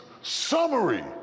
summary